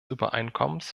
übereinkommens